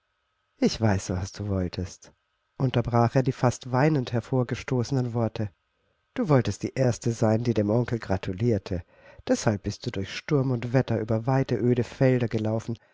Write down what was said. ich weiß was du wolltest unterbrach er die fast weinend hervorgestoßenen worte du wolltest die erste sein die dem onkel gratulierte deshalb bist du durch sturm und wetter über weite öde felder gelaufen